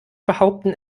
behaupten